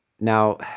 now